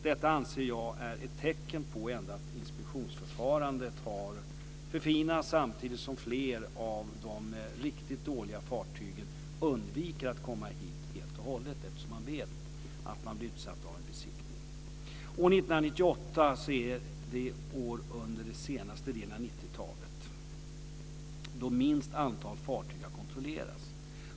Detta anser jag är ett tecken på att inspektionsförfarandet har förfinats, samtidigt som fler av de riktigt dåliga fartygen undviker att komma hit helt och hållet eftersom man vet att man blir utsatt för en besiktning. År 1998 är det år under den senaste delen av 1990-talet då minst antal fartyg har kontrollerats.